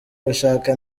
gushaka